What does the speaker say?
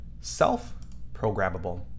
self-programmable